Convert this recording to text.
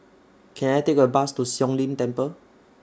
Can I Take A Bus to Siong Lim Temple